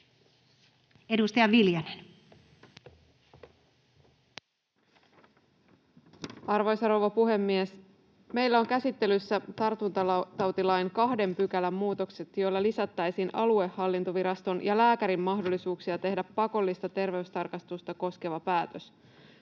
Edustaja Viljanen. Arvoisa rouva puhemies! Meillä on käsittelyssä tartuntatautilain kahden pykälän muutokset, joilla lisättäisiin aluehallintoviraston ja lääkärin mahdollisuuksia tehdä pakollista terveystarkastusta koskeva päätös